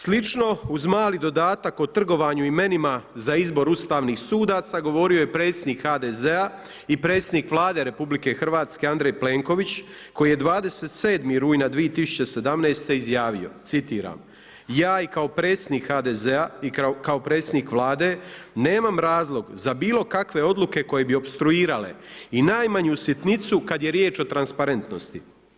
Slično, uz mali dodatak o trgovanju i imenima za izbor Ustavnih sudaca govorio je predsjednik HDZ-a i predsjednik Vlade RH Andrej Plenković koji je 27. rujna 2017. izjavio: „Ja i kao predsjednik HDZ-a i kao predsjednik Vlade nemam razlog za bilo kakve odluke koje bi opstruirale i najmanju sitnicu kada je riječ o transparentnosti.